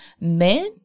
men